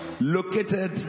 located